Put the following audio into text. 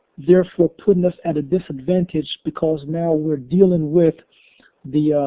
therefore putting us at a disadvantage. because now we're dealing with the